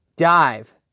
Dive